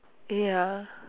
ya